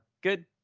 good